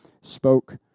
spoke